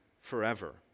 forever